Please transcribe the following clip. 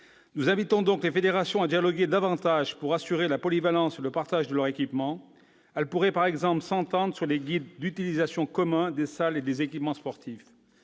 Nous invitons donc les fédérations à dialoguer davantage pour assurer la polyvalence et le partage de leurs équipements. Elles pourraient par exemple s'entendre sur des « guides d'utilisation communs » des salles et des équipements sportifs.